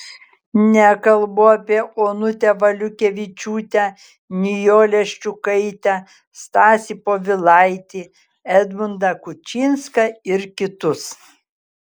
nekalbu apie onutę valiukevičiūtę nijolę ščiukaitę stasį povilaitį edmundą kučinską ir kitus